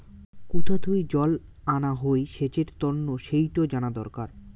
কুথা থুই জল আনা হই সেচের তন্ন সেইটো জানা দরকার